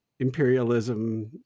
imperialism